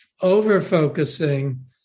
over-focusing